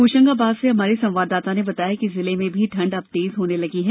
होशंगाबाद से हमारे संवाददाता ने बताया है कि जिले में भी ठंड अब तेज होने लगी है